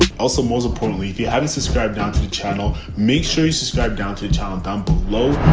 also, most importantly, if you haven't subscribed down to the channel, make sure you subscribe down to the channel down below.